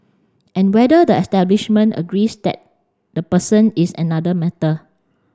and whether the establishment agrees that the person is another matter